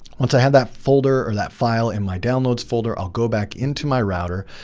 once i have that folder or that file in my downloads folder, i'll go back into my router.